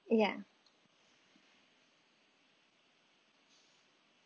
ya